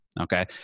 Okay